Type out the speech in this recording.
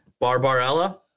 Barbarella